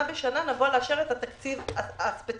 ושנה נמשיך לבוא לאשר את התקציב הספציפי.